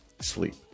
sleep